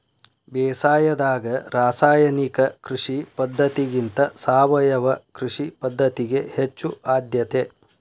ಬೇಸಾಯದಾಗ ರಾಸಾಯನಿಕ ಕೃಷಿ ಪದ್ಧತಿಗಿಂತ ಸಾವಯವ ಕೃಷಿ ಪದ್ಧತಿಗೆ ಹೆಚ್ಚು ಆದ್ಯತೆ